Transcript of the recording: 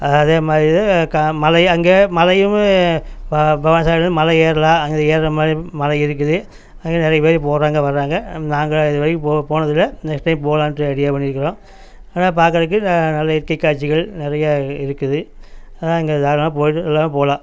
அதே மாதிரி மலை அங்கே மலையும் பவானிசாகரில் மலை ஏறலாம் அங்கே ஏற மாதிரி மலை இருக்குது அங்கே நிறைய பேர் போகிறாங்க வரறாங்க நாங்கள் இது வரைக்கும் போனதுல்ல நெக்ஸ்ட் டைம் போலாண்ட்டு ஐடியா பண்ணிருக்கிறோம் ஆனால் பார்க்கறதுக்கு நல்ல இயற்கை காட்சிகள் நிறையா இருக்குது அதான் அங்கே தாராளமாக போயிட்டு எல்லாரும் போகலாம்